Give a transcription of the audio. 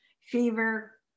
fever